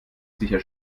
sicher